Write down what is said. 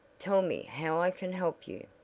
tell me how i can help you,